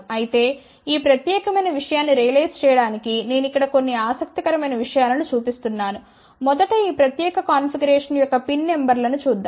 అయితే ఈ ప్రత్యేకమైన విషయాన్ని రియలైజ్ చేయడానికి నేను ఇక్కడ కొన్ని ఆసక్తికరమైన విషయాలను చెప్తున్నాను మొదట ఈ ప్రత్యేక కాన్ఫిగరేషన్ యొక్క PIN నెంబర్ లను చూద్దాం